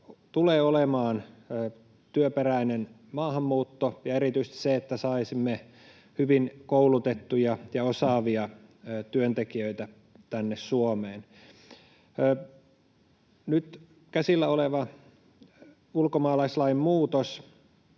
tulee olemaan työperäinen maahanmuutto ja erityisesti se, että saisimme hyvin koulutettuja ja osaavia työntekijöitä tänne Suomeen. Nyt käsillä oleva ulkomaalaislain muutos